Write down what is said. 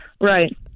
Right